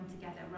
together